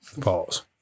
Pause